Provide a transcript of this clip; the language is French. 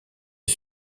est